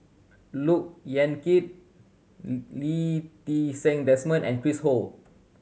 Look Yan Kit Lee Ti Seng Desmond and Chris Ho